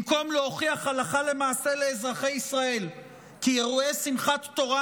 במקום להוכיח הלכה למעשה לאזרחי ישראל כי אירועי שמחת תורה